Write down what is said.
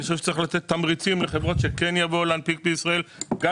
אני חושב שצריך לתת תמריצים לחברות שכן יבואו להנפיק בישראל גם